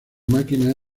máquina